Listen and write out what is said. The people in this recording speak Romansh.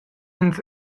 ins